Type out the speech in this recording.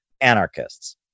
anarchists